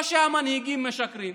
או שהמנהיגים משקרים,